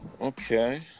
Okay